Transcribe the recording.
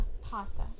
Pasta